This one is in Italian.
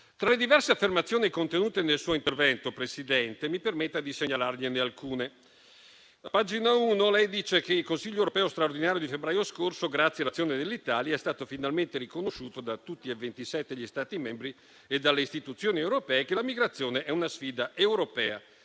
Tra le diverse affermazioni contenute nel suo intervento, Presidente, mi permetta di segnalargliene alcune. A pagina 1 lei dice che nel Consiglio europeo straordinario di febbraio scorso, grazie all'azione dell'Italia, è stato finalmente riconosciuto da tutti i 27 Stati membri e dalle istituzioni europee che la migrazione è una sfida europea